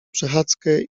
przechadzkę